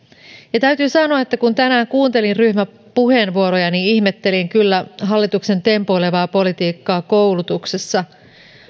täytyy sanoa että kun tänään kuuntelin ryhmäpuheenvuoroja niin ihmettelin kyllä hallituksen tempoilevaa politiikkaa koulutuksessa